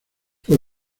fue